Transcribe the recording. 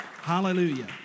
Hallelujah